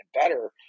better